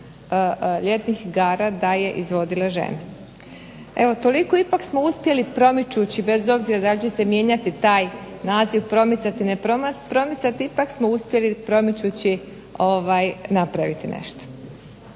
ljetnih igara da je izvodila žena. Evo, toliko ipak smo uspjeli promičući bez obzira da li će se mijenjati taj naziv promicati, ne promicati, ipak smo uspjeli promičući napraviti nešto.